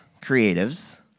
creatives